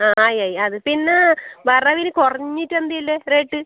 ആ ആയി ആയി അത് പിന്നെ വറവിന് കുറഞ്ഞിട്ട് എന്താ ഉള്ളത് റേറ്റ്